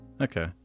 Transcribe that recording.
Okay